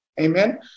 Amen